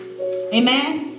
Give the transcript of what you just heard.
amen